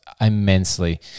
immensely